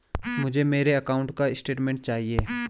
मुझे मेरे अकाउंट का स्टेटमेंट चाहिए?